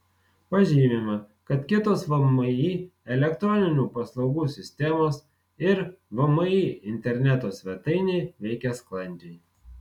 pažymima kad kitos vmi elektroninių paslaugų sistemos ir vmi interneto svetainė veikia sklandžiai